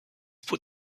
put